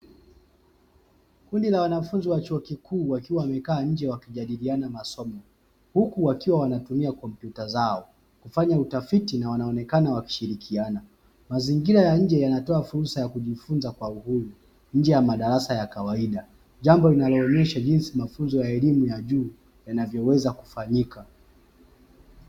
Kundi la wanafunzi wa chuo kikuu wakiwa wamekaa nje wakijadiliana masomo, huku wakiwa wanatumia kompyuta zao kufanya utafiti na wanaonekana wakishirikiana. Mazingira ya nje yanatoa fursa ya kujifunza kwa uhuru nje ya madarasa ya kawaida, jambo linaloonyesha jinsi mafunzo ya elimu ya juu yanavyoweza kufanyika.